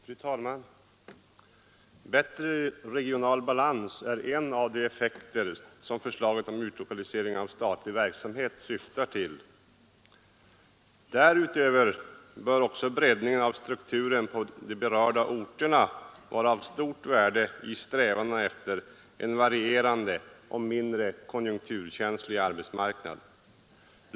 Fru talman! Bättre regional balans är en av de effekter som förslaget om utlokalisering av statlig verksamhet syftar till. Därutöver bör också breddningen av strukturen på de berörda orterna vara av stort värde i strävandena efter en varierande och mindre konjunkturkänslig arbetsmarknad.